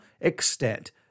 extent